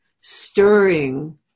stirring